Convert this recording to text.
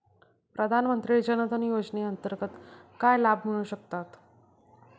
प्रधानमंत्री जनधन योजनेअंतर्गत काय लाभ मिळू शकतात?